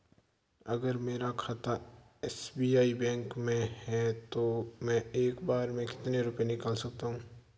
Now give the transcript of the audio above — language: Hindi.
अगर मेरा खाता एस.बी.आई बैंक में है तो मैं एक बार में कितने रुपए निकाल सकता हूँ?